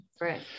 Right